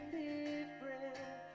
different